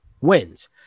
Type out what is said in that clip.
wins